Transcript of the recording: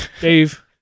Dave